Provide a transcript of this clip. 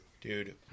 Dude